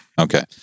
Okay